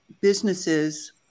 businesses